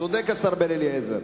הוא צודק, השר בן-אליעזר.